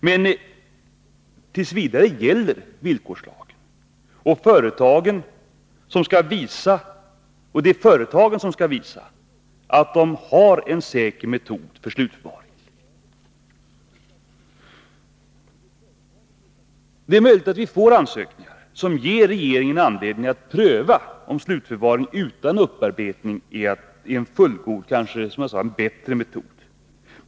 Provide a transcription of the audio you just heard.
Men villkorslagen gäller. Och enligt den är det företagen som skall visa, att de har en säker metod för slutförvaring. Det är möjligt att vi får ansökningar från företagen som ger regeringen anledning att pröva om slutförvaring utan upparbetning är en fullgod och kanske, som jag sa, en bättre metod.